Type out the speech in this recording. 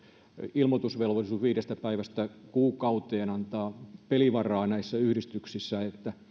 ilmoitusvelvollisuus viidestä päivästä kuukauteen antavat pelivaraa yhdistyksissä